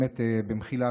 במחילה,